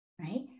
Right